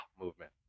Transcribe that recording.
movement